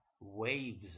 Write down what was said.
waves